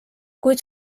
kuid